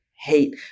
hate